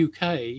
UK